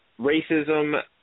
racism